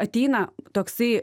ateina toksai